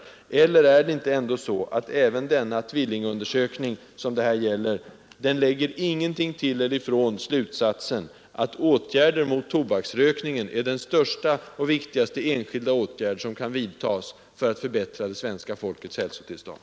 Håller herr Aspling med om att inte heller denna tvillingundersökning ändrar slutsatsen, att en kampanj mot tobaksrökningen är den största och viktigaste enskilda åtgärd som kan vidtas för att förbättra svenska folkets hälsotillstånd?